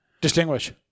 Distinguish